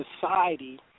society